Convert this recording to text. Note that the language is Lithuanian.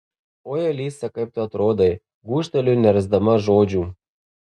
oi alisa kaip tu atrodai gūžteliu nerasdama žodžių